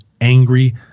angry